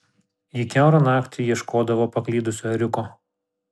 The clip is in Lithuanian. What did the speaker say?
ji kiaurą naktį ieškodavo paklydusio ėriuko